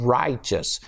righteous